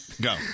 Go